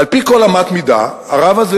על-פי כל אמת מידה, הרב הזה